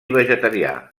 vegetarià